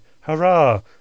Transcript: Hurrah